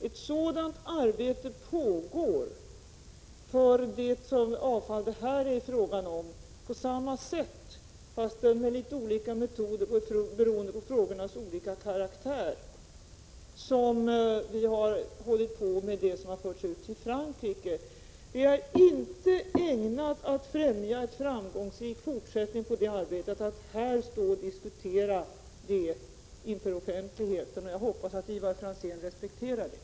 Ett sådant arbete pågår för det avfall det här gäller på samma sätt — fast med litet olika metoder beroende på frågornas olika karaktär — som när det gäller det avfall som förts ut till Frankrike. Det är inte ägnat att främja en framgångsrik fortsättning på det arbetet att här stå och diskutera det inför offentligheten. Det hoppas jag Ivar Franzén respekterar.